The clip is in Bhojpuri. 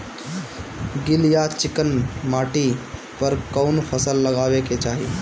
गील या चिकन माटी पर कउन फसल लगावे के चाही?